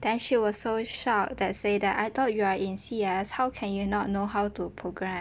then she was so shocked that say that I thought you are in C_S how can you not know how to programme